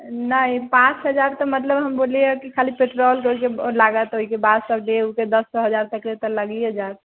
नहि पाँच हजारके मतलब हम बोललियै कि खाली पेट्रोल उट्रोलके लागत ओहिके बाद सभ दऽ उ कऽ दस हजार तक तऽ लागिए जायत